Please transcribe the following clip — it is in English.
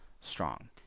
strong